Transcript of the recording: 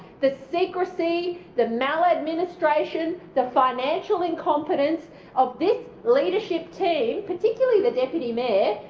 the secrecy, the mal-administration, the financial incompetence of this leadership team, particularly the deputy mayor.